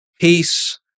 Peace